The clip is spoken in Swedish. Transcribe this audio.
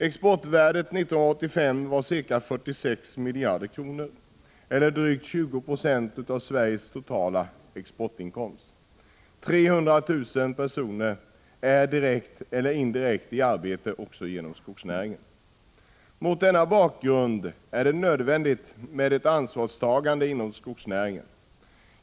Exportvärdet 1985 var ca 46 miljarder kronor eller drygt 20 96 av Sveriges totala exportinkomst. 300 000 personer är också direkt eller indirekt i arbete inom skogsnäringen. Mot denna bakgrund är det nödvändigt med ett ansvarstagande inom skogsnäringen.